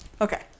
Okay